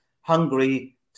hungry